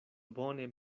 bone